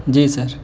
جی سر